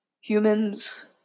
Humans